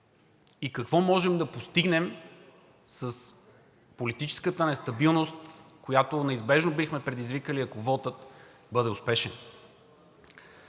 и какво можем да постигнем с политическата нестабилност, която неизбежно бихме предизвикали, ако вотът бъде успешен.